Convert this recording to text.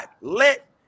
let